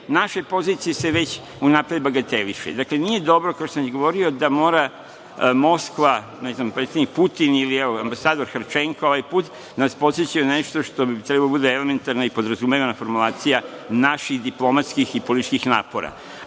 naše pozicije se već unapred bagateliše. Dakle, nije dobro, kao što sam već govorio da mora Moskva, ne znam, predsednik Putin ili ambasador Harčenko, ovaj put da nas podseća na nešto što bi trebalo da bude elementarna i podrazumevana formulacija naših diplomatskih i političkih napora.